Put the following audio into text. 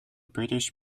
british